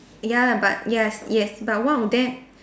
ya but yes yes but one of them